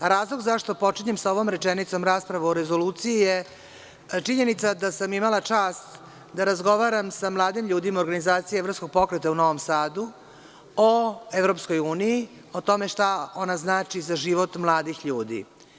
Razlog zašto počinjem ovom rečenicom raspravu o rezoluciji je činjenica da sam imala čast da razgovaram sa mladim ljudima organizacije Evropskog pokreta u Novom Sadu o EU o tome šta ona znači za život mladih ljudi.